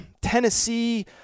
Tennessee